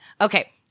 Okay